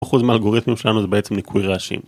אחוז מאלגוריתמים שלנו זה בעצם ניקוי ראשים